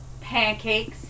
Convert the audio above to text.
Pancakes